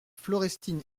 florestine